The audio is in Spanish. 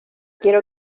quiero